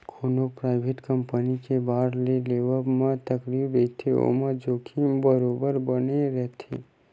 कोनो private company के bond ल लेवब म तकलीफ रहिथे ओमा जोखिम बरोबर बने रथे